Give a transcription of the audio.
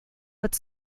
but